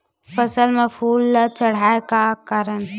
फसल म फूल ल बढ़ाय का करन?